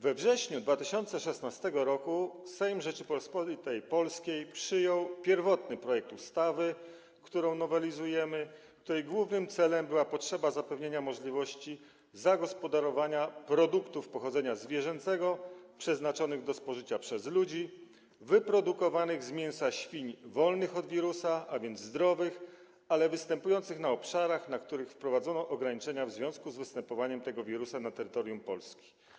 We wrześniu 2016 r. Sejm Rzeczypospolitej Polskiej przyjął pierwotny projekt ustawy, którą nowelizujemy, której głównym celem było umożliwienie zagospodarowania produktów pochodzenia zwierzęcego przeznaczonych do spożycia przez ludzi, wyprodukowanych z mięsa świń wolnych od wirusa, a więc zdrowych, ale utrzymywanych na obszarach, na których wprowadzono ograniczenia w związku z występowaniem tego wirusa na terytorium Polski.